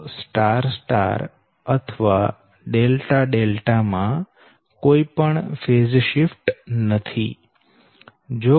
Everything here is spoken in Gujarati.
તો સ્ટાર સ્ટાર અથવા ડેલ્ટા ડેલ્ટા માં કોઈ ફેઝ શિફ્ટ નથી